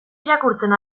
irakurtzen